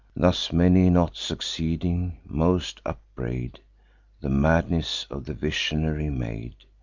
thus, many not succeeding, most upbraid the madness of the visionary maid,